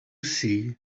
see